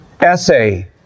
essay